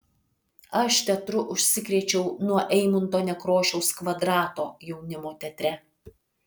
aš teatru užsikrėčiau nuo eimunto nekrošiaus kvadrato jaunimo teatre